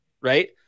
right